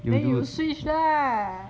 then you switch lah